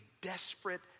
desperate